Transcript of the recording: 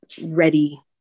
ready